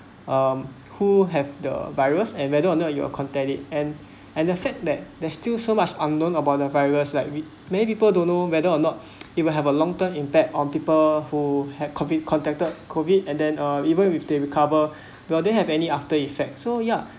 um who have the virus and whether or not you contact it and the fact that there's still so much unknown about the virus like many people don't know whether or not it will have a long term impact on people who had COVID contacted COVID and then uh even with they recover well they have any after effects so ya